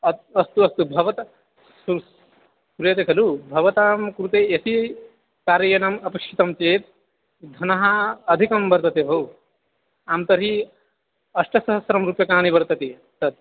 अस्तु अस्तु अस्तु भवतः श्रूयते खलु भवतां कृते यदि कार यानम् अपेक्षितं चेत् धनम् अधिकं वर्तते भोः आं तर्हि अष्टसहस्रं रूप्यकाणि वर्तते तत्